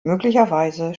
möglicherweise